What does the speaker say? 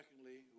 secondly